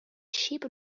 shape